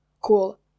cool